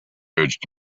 urged